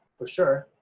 for sure,